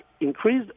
increased